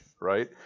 Right